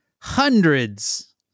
hundreds